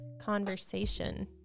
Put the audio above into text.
conversation